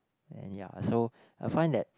and ya so I find that